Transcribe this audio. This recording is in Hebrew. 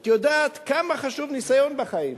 את יודעת כמה חשוב ניסיון בחיים.